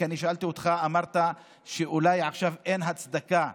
כי אני שאלתי אותך ואמרת שאולי עכשיו אין הצדקה